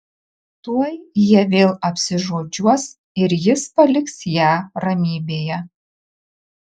tuoj jie vėl apsižodžiuos ir jis paliks ją ramybėje